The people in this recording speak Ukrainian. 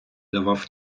давав